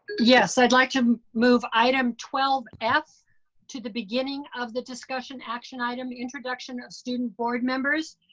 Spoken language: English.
yes, i'd like to move item twelve f to the beginning of the discussion. action item, the introduction of student board members.